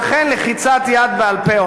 ולכן לחיצת יד בעל-פה,